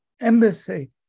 embassy